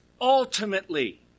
ultimately